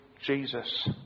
Jesus